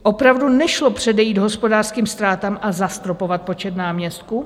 Opravdu nešlo předejít hospodářským ztrátám a zastropovat počet náměstků?